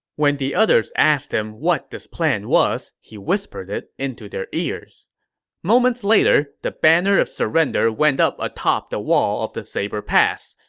when the other asked him what this plan was, he whispered it into their ears moments later, the banner of surrender went up atop the wall of the saber pass.